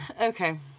Okay